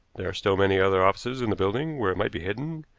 there are still many other offices in the building where it might be hidden,